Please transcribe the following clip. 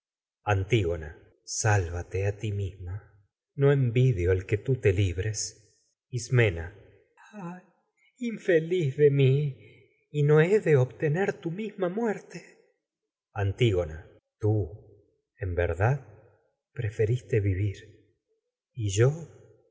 qué otra a cosa ti ahora te podré no ser útil yo el que sálvate misma envidio libres ismena ay infeliz de mi y no he de obtener tu misma muerte antígona morir tú en verdad preferiste vivir y yo